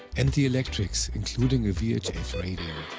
and the electrics, including a vhf radio.